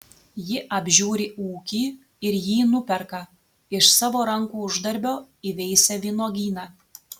ji apžiūri ūkį ir jį nuperka iš savo rankų uždarbio įveisia vynuogyną